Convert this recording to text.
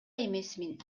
эмесмин